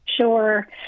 Sure